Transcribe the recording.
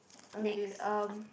okay um